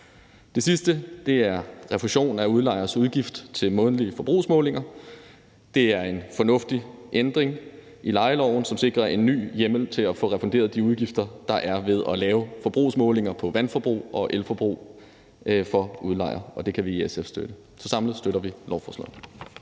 Det sidste er refusion af udlejers udgift til månedlige forbrugsmålinger. Det er en fornuftig ændring i lejeloven, som sikrer en ny hjemmel til at få refunderet de udgifter, der er ved at lave forbrugsmålinger på vandforbrug og elforbrug for udlejer, og det kan vi i SF støtte. Så samlet set støtter vi lovforslaget.